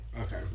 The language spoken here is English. okay